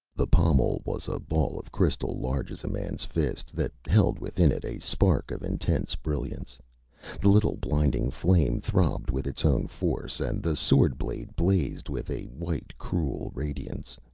the pommel was a ball of crystal large as a man's fist, that held within it a spark of intense brilliance. the little, blinding flame throbbed with its own force, and the sword-blade blazed with a white, cruel radiance.